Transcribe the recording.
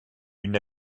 une